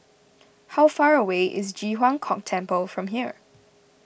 how far away is Ji Huang Kok Temple from here